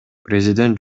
президент